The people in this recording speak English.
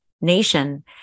nation